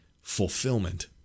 fulfillment